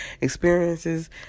experiences